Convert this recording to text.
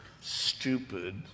stupid